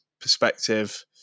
perspective